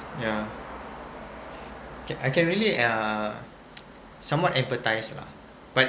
yeah ca~ I can really uh somewhat emphatise lah but